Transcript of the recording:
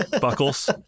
Buckles